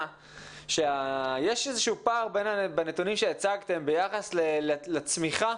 שיש איזשהו פער בנתונים שהצגתם ביחס לצמיחה